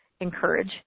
encourage